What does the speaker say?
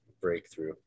breakthrough